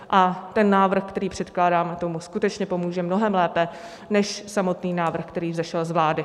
A ten návrh, který předkládáme, tomu skutečně pomůže mnohem lépe než samotný návrh, který vzešel z vlády.